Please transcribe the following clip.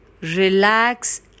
Relax